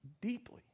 deeply